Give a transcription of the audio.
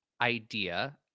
idea